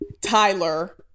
Tyler